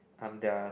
um they're